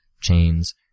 chains